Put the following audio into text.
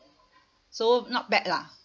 so not bad lah